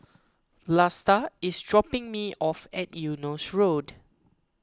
Vlasta is dropping me off at Eunos Road